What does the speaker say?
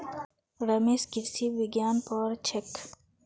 रमेश कृषि विज्ञान पढ़ छेक